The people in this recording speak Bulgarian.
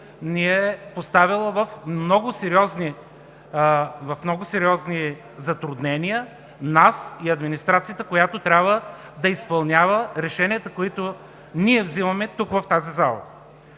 ни е поставяла в много сериозни затруднения – нас и администрацията, която трябва да изпълнява решенията, които ние взимаме в залата.